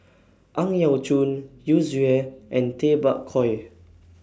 Ang Yau Choon Yu Zhuye and Tay Bak Koi